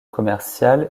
commercial